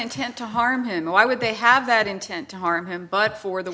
intent to harm him why would they have that intent to harm him but for the